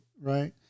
right